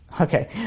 okay